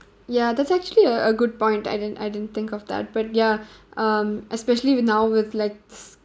ya that's actually a a good point I didn't I didn't think of that but ya um especially with now with like s~